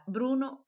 Bruno